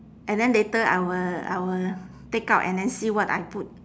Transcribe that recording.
and then later I will I will take out and then see what I put